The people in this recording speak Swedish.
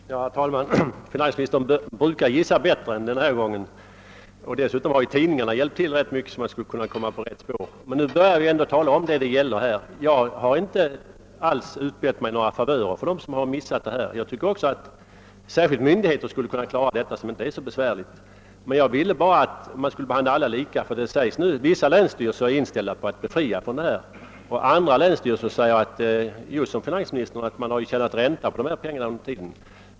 Herr talman! Finansministern brukar gissa bättre än han gjort denna gång, trots att tidningarna har hjälpt till ganska mycket för att han skulle kunna komma på rätt spår. Nu börjar vi ändå tala om vad frågan gäller. Jag har inte alls utbett mig några favörer för dem som har missat betalningen; jag tycker också att särskilt myndigheter skulle kunna klara detta med uppdelning på terminer, som inte är så besvärligt. Jag vill bara att man skall behandla alla lika. Det sägs nämligen att vissa länsstyrelser är inställda på att befria från restavgiften, medan andra — precis som finansministern — menar att vederbörande har tjänat ränta på pengarna under tiden.